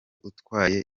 utwaye